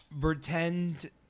pretend